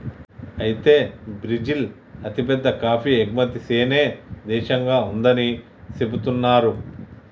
అయితే బ్రిజిల్ అతిపెద్ద కాఫీ ఎగుమతి సేనే దేశంగా ఉందని సెబుతున్నారు